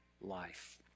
life